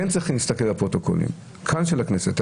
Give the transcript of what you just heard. כן צריכים להסתכל בפרוטוקולים של הכנסת.